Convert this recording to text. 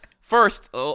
first